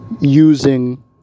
using